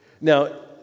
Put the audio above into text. Now